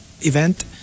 event